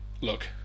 look